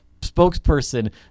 spokesperson